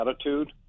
attitude